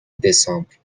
دسامبر